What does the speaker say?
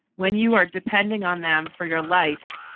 when you are depending on them for your life,